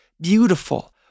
beautiful